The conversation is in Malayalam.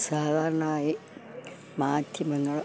സാധാരണയായി മാധ്യമങ്ങൾ